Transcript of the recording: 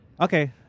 okay